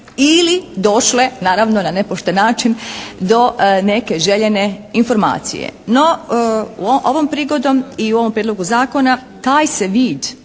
ili došle naravno na nepošten način do neke željene informacije. No ovom prigodom i u ovom Prijedlogu zakona taj se vid